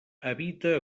habita